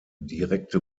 direkte